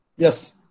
Yes